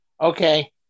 Okay